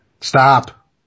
Stop